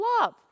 love